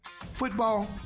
football